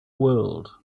world